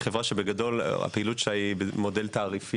זאת חברה שהפעילות שלה היא במודל תעריפי.